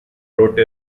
wrote